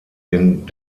den